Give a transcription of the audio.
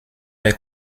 des